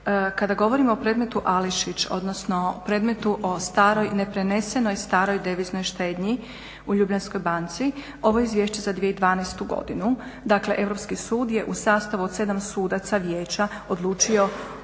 Kada govorimo o predmetu Ališić, odnosno predmetu o staroj, neprenesenoj staroj deviznoj štednji u Ljubljanskoj banci, ovo izvješće za 2012. godinu, dakle Europski sud je u sastavu od 7 sudaca vijeća odlučio